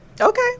Okay